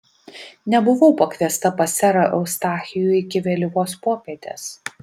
nebuvau pakviesta pas serą eustachijų iki vėlyvos popietės